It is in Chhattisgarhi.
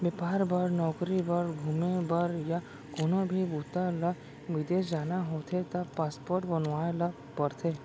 बेपार बर, नउकरी बर, घूमे बर य कोनो भी बूता ले बिदेस जाना होथे त पासपोर्ट बनवाए ल परथे